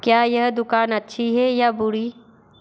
क्या यह दुकान अच्छी है या बुरी